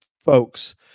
folks